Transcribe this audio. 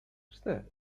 cztery